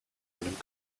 einem